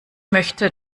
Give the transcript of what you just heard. möchte